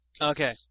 Okay